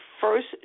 first